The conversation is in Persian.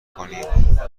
کنیم